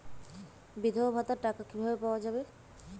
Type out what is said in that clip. বিধবা ভাতার টাকা কিভাবে পাওয়া যাবে?